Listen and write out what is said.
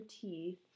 teeth